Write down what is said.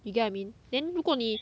you get what I mean then 如果你